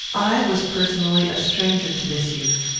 i was personally a stranger to this youth.